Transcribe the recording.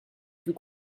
plus